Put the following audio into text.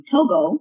Togo